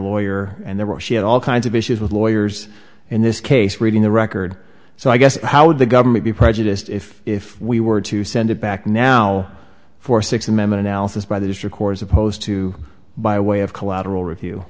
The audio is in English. lawyer and there were she had all kinds of issues with lawyers in this case reading the record so i guess how would the government be prejudiced if if we were to send it back now for six memmott analysis by this record as opposed to by way of collateral review